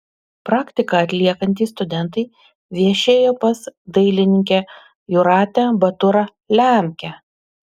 praktiką atliekantys studentai viešėjo pas dailininkę jūratę baturą lemkę